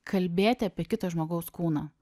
kalbėti apie kito žmogaus kūną